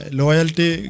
loyalty